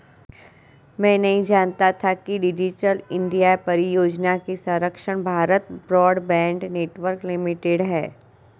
मैं नहीं जानता था कि डिजिटल इंडिया परियोजना की संरक्षक भारत ब्रॉडबैंड नेटवर्क लिमिटेड है